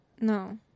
No